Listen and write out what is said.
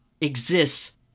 exists